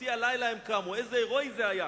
"בחצי הלילה הם קמו" כמה הירואי זה היה,